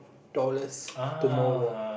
dollars tomorrow